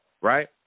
right